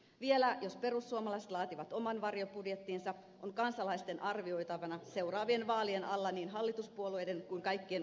vielä jos perussuomalaiset laativat oman varjobudjettinsa on kansalaisten arvioitavana seuraavien vaalien alla niin hallituspuolueiden kuin kaikkien oppositiopuolueidenkin vaihtoehdot